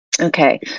Okay